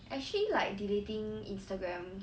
actually like deleting Instagram